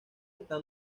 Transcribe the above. está